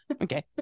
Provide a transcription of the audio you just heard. Okay